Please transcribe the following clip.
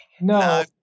no